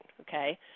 Okay